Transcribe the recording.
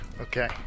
Okay